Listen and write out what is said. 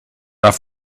off